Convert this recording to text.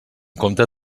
compte